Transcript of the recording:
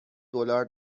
دلار